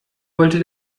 wollte